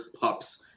pups